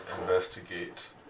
investigate